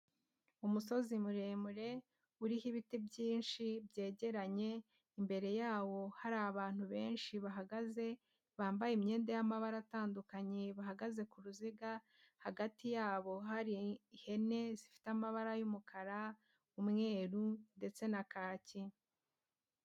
Umusozi muremure uriho ibiti byinshi byegeranye, imbere yawo hari abantu benshi bahagaze, bambaye imyenda y'amabara atandukanye bahagaze ku ruziga hagati yabo hari ihene zifite amabara y'umukara, umweru ndetse na kaki.